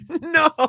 No